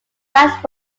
that